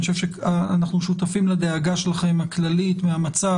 אני חושב שאנחנו שותפים לדאגה שלכם הכללית מהמצב,